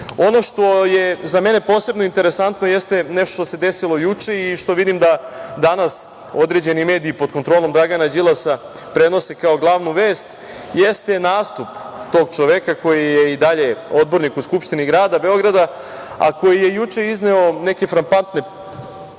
što je za mene posebno interesantno jeste nešto što se desilo juče i što vidim da danas određeni mediji pod kontrolom Dragana Đilasa prenose kao glavnu vest jeste nastup tog čoveka koji je i dalje odbornik u Skupštini grada Beograda, a koji juče izneo neke frapantne